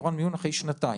תורן מיון אחרי שנתיים.